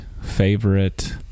favorite